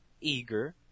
eager